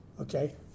Okay